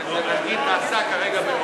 וזה נעשה כרגע,